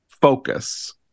focus